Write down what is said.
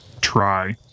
try